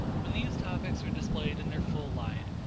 when these topics are displayed in their full light,